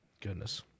Goodness